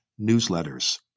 newsletters